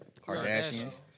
Kardashians